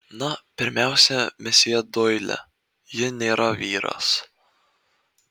na pirmiausia mesjė doili ji nėra vyras